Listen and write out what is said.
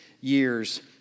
years